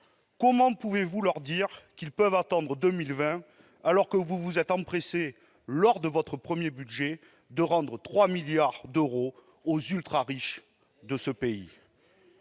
Comment pouvez-vous leur dire qu'ils peuvent attendre 2020, alors que vous vous êtes empressés, lors de votre premier budget, de rendre 3 milliards d'euros aux ultra-riches de ce pays ?